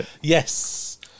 Yes